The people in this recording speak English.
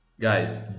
Guys